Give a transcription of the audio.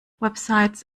websites